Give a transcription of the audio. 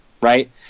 right